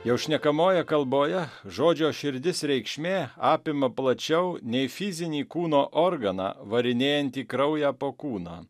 jau šnekamojoje kalboje žodžio širdis reikšmė apima plačiau nei fizinį kūno organą varinėjantį kraują po kūną